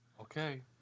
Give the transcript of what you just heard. Okay